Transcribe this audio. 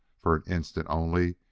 for an instant only,